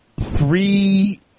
three